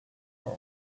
for